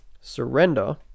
surrender